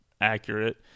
accurate